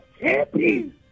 champion